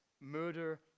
murder